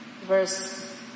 Verse